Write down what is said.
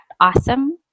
awesome